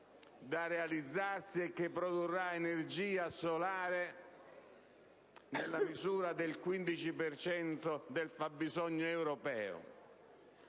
da realizzarsi e che produrrà energia solare nella misura del 15 per cento del fabbisogno europeo.